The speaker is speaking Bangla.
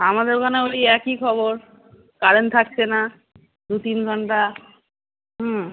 আমাদের ওখানে ওই একই খবর কারেন্ট থাকছে না দু তিন ঘন্টা হুম